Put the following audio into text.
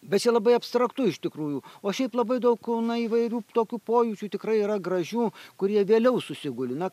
bet čia labai abstraktu iš tikrųjų o šiaip labai daug na įvairių tokių pojūčių tikrai yra gražių kurie vėliau susiguli na